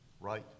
right